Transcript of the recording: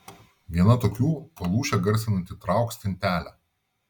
viena tokių palūšę garsinanti trauk stintelę